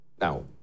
Now